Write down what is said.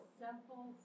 simple